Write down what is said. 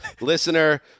listener